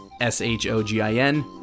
S-H-O-G-I-N